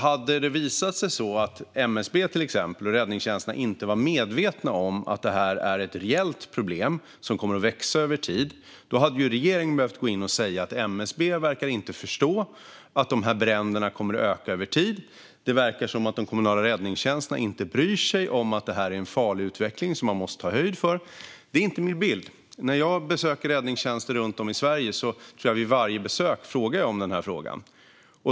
Hade det visat sig att till exempel MSB och räddningstjänsterna inte var medvetna om att detta är reellt problem som kommer att växa över tid hade regeringen behövt gå in och säga att MSB inte verkar förstå att dessa bränder kommer att öka över tid och att det verkar som att de kommunala räddningstjänsterna inte bryr sig om att detta är en farlig utveckling som man måste ta höjd för. Det är inte min bild. När jag besöker räddningstjänster runt om i Sverige ställer jag den här frågan.